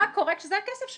מה קורה כשזה הכסף שלנו?